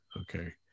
okay